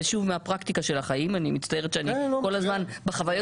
ושוב מהפרקטיקה של החיים אני מצטערת שאני כל הזמן בחוויות